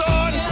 on